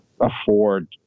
afford